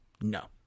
No